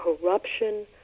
corruption